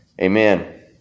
Amen